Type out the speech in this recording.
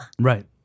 Right